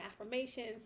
affirmations